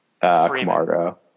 Camargo